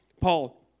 Paul